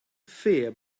fear